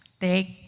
Take